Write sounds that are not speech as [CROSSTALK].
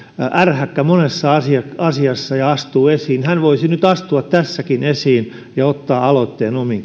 ärhäkkä monessa asiassa asiassa ja astuu esiin hän voisi astua tässäkin esiin ja ottaa aloitteen omiin [UNINTELLIGIBLE]